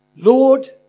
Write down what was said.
Lord